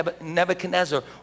Nebuchadnezzar